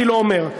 גיל עומר,